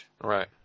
Right